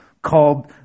called